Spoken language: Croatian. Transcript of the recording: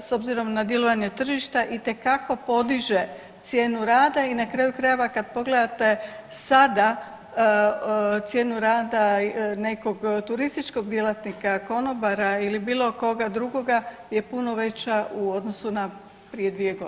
s obzirom na … [[Govornica se ne razumije.]] tržišta itekako podiže cijenu rada i na kraju krajeva kad pogledate sada cijenu rada nekog turističkog djelatnika, konobara ili bilo koga drugoga je puno veća u odnosu na prije dvije godine.